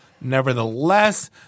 Nevertheless